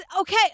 okay